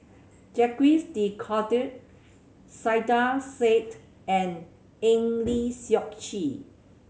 Jacques De Coutre Saiedah Said and Eng Lee Seok Chee